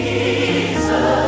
Jesus